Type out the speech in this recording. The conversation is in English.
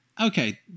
Okay